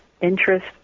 interest